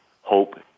hope